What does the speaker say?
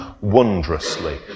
wondrously